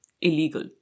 illegal